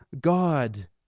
God